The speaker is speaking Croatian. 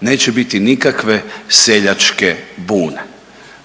Neće biti nikakve seljačke bune.